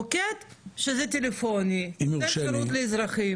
מוקד טלפוני, לתת שירות לאזרחים.